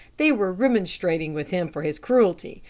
they were remonstrating with him for his cruelty,